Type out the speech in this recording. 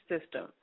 system